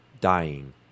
dying